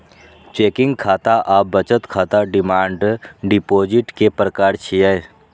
checking खाता आ बचत खाता डिमांड डिपोजिट के प्रकार छियै